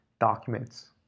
documents